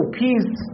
peace